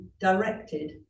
directed